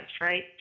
right